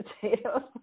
potato